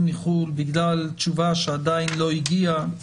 מחו"ל בגלל תשובה שעדיין לא הגיעה?